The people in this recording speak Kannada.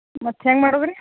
ಮತ್ತೆ ಹೆಂಗೆ ಮಾಡೋದು ರೀ